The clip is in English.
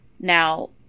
Now